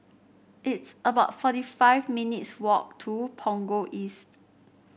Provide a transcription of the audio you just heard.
it's about forty five minutes' walk to Punggol East